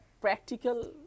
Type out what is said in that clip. practical